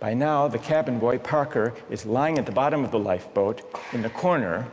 by now the cabin boy parker is lying at the bottom of the lifeboat in a corner